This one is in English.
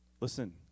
Listen